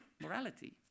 morality